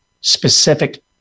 specific